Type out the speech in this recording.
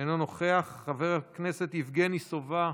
אינו נוכח, חבר הכנסת יבגני סובה,